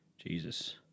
Jesus